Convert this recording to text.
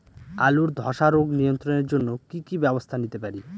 আলুর ধ্বসা রোগ নিয়ন্ত্রণের জন্য কি কি ব্যবস্থা নিতে পারি?